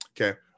Okay